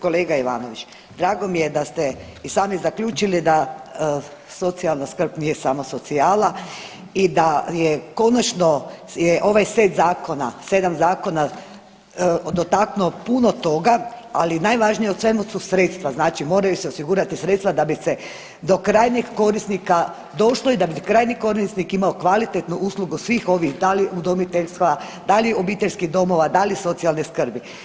Kolega Ivanović, drago mi je da ste i sami zaključili da socijalna skrb nije samo socijala i da je konačno je ovaj set zakona, 7 zakona dotaknuo puno toga, ali najvažnije u svemu su sredstva, znači moraju se osigurati sredstva da bi se do krajnjeg korisnika došlo i da bi krajnji korisnik imao kvalitetnu uslugu svih ovih, da li udomiteljstva, da li obiteljskih domova, da li socijalne skrbi.